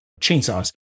chainsaws